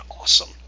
awesome